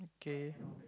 k